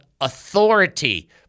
authority